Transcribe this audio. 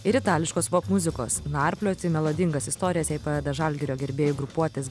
ir itališkos popmuzikos narplioti melodingas istorijas jai padeda žalgirio gerbėjų grupuotės